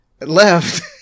Left